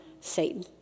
Satan